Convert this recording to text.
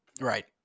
Right